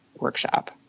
workshop